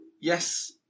yes